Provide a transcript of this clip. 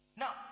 now